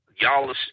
y'all